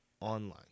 online